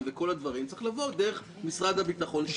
ושאר הדברים צריך לבוא דרך משרד הביטחון.